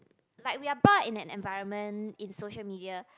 like we are brought up in an environment in social media